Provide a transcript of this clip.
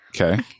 Okay